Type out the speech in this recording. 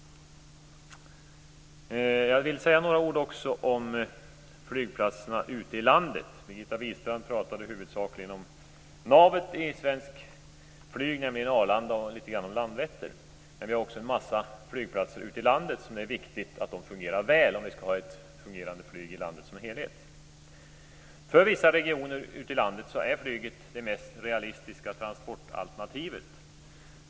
Jag vill också säga några ord om flygplatserna ute i landet. Birgitta Wistrand talade huvudsakligen om navet i svenskt flyg, nämligen Arlanda, och även litet grand om Landvetter. Men vi har också en massa flygplatser ute i landet, och det är viktigt att de fungerar väl om vi skall ha ett fungerande flyg i landet som helhet. För vissa regioner ute i landet är flyget det mest realistiska transportalternativet.